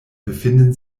befinden